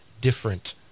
different